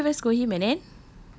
ya I never even scold him and then